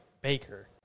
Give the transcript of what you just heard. Baker